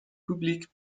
public